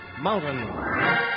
Mountain